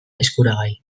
eskuragai